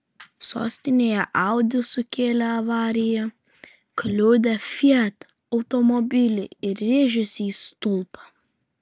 sostinėje audi sukėlė avariją kliudė fiat automobilį ir rėžėsi į stulpą